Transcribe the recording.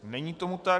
Není tomu tak.